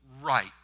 right